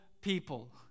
people